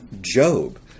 Job